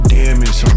damage